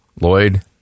Lloyd